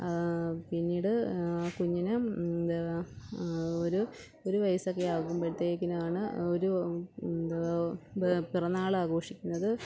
പിന്നീട് കുഞ്ഞിന് എന്താ ഒരു ഒരു വയസ്സൊക്കെ ആകുമ്പോഴത്തേക്കും ആണ് ഒരു എന്താ പിറന്നാൾ ആഘോഷിക്കുന്നത്